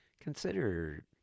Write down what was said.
consider